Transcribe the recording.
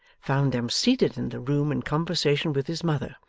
found them seated in the room in conversation with his mother,